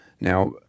Now